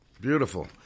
Beautiful